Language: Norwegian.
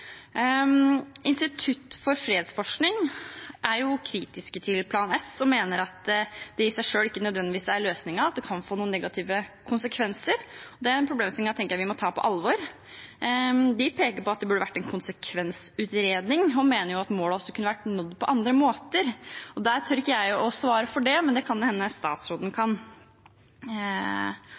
Institutt for fredsforskning er kritisk til Plan S og mener at den i seg selv ikke nødvendigvis er løsningen, og at den kan få noen negative konsekvenser. Den problemstillingen mener jeg vi må ta på alvor. De peker på at det burde vært en konsekvensutredning, og mener at målet også kunne vært nådd på andre måter. Jeg tør ikke å svare på det, men det kan det jo hende statsråden kan.